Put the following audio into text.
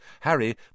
Harry